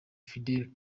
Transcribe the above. fidel